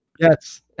Yes